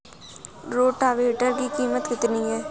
Rotavator की कीमत कितनी है?